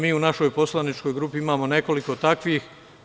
Mi u našoj poslaničkoj grupi imao nekoliko takvih.